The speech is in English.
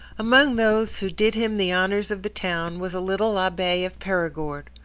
among those who did him the honours of the town was a little abbe of perigord,